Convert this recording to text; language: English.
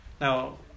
now